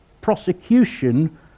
prosecution